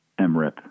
MRIP